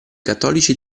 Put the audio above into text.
cattolici